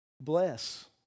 Bless